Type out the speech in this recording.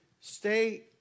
stay